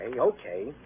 okay